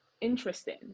interesting